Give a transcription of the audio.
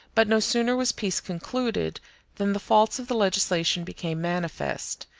but no sooner was peace concluded than the faults of the legislation became manifest,